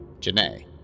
Janae